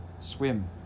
Swim